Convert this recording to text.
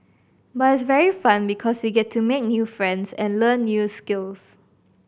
but it's very fun because we get to make new friends and learn new skills